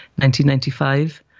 1995